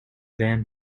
van